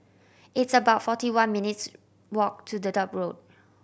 it's about forty one minutes' walk to the Dedap Road